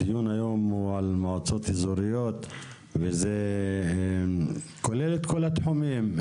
הדיון היום הוא על מועצות אזוריות וזה כולל את כל התחומים.